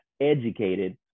educated